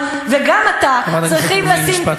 האם זאת המורשת שמדינת ישראל רוצה להנחיל?